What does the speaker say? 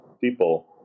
people